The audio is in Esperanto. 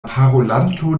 parolanto